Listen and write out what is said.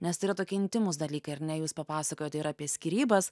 nes tai yra tokie intymūs dalykai ar ne jūs papasakojote ir apie skyrybas